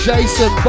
Jason